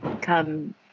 come